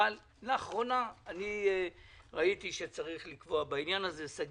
לאחרונה ראיתי שצריך לקבוע בעניין הזה שגית,